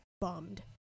bummed